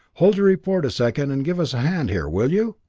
hold your report a second and give us a hand here, will you?